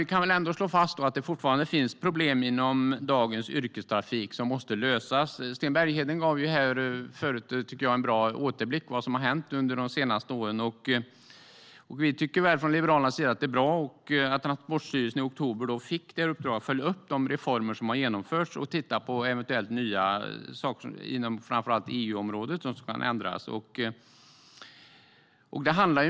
Vi kan väl ändå slå fast att det fortfarande finns problem inom dagens yrkestrafik som måste lösas. Sten Bergheden gav tidigare en bra återblick över vad som har hänt under de senaste åren, och vi från Liberalerna tycker att det är bra att Transportstyrelsen i oktober fick i uppdrag att följa upp de reformer som har genomförts och att titta på nya saker inom framför allt EU-området som eventuellt kan ändras.